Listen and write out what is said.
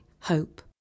hope